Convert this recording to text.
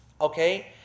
okay